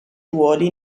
ruoli